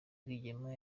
rwigema